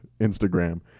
Instagram